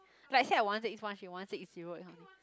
like say I one six one she one six zero that kind of thing